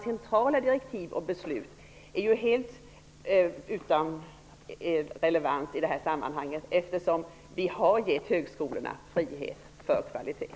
Centrala direktiv och beslut är ju helt utan relevans i det sammanhanget. Vi har gett högskolorna frihet för kvalitet.